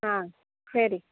ஆ சரி